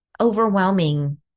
overwhelming